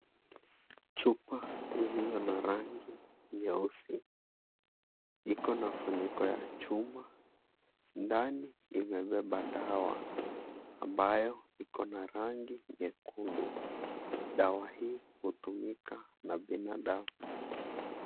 Chupa iliyo na rangi nyeusi iko na funiko ya chuma. Ndani imebeba dawa ambayo iko na rangi nyekundu. Dawa hii hutumika na binadamu.